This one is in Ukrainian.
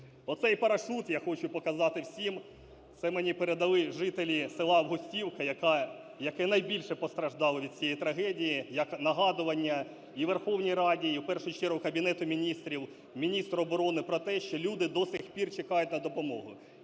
Оцей парашут, я хочу показати всім, це мені передали жителі села Августівка, яке найбільше постраждало від цієї трагедії, як нагадування і Верховній Раді, і в першу чергу Кабінету Міністрів, міністру оборони про те, що люди до сих пір чекають на допомогу.